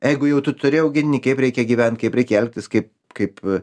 jeigu jau tu turi augintinį kaip reikia gyvent kaip reikia elgtis kaip kaip